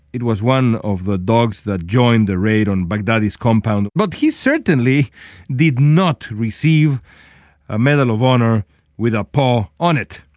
it was one of the dogs that joined the raid on baghdadi's compound but he certainly did not receive a medal of honor with a pall on it.